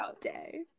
day